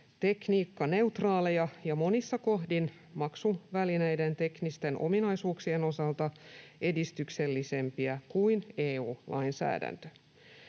tekniikkaneutraaleja ja monissa kohdin maksuvälineiden teknisten ominaisuuksien osalta edistyksellisempiä kuin EU-lainsäädäntö.